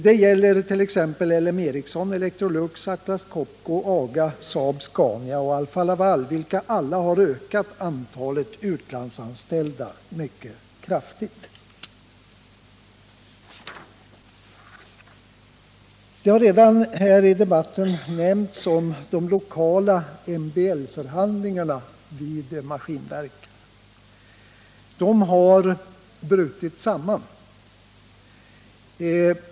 Det gäller t.ex. LM Ericsson, Electrolux, Atlas Copco, Aga, Saab-Scania och Alfa-Laval, vilka alla har ökat antalet utlandsanställda mycket kraftigt. Här i debatten har redan nämnts de lokala MBL-förhandlingarna vid Maskinverken. De har brutit samman.